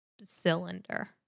cylinder